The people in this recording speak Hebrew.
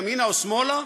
ימינה או שמאלה?